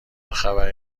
خبری